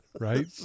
right